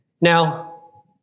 Now